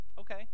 Okay